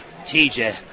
TJ